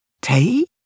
Tea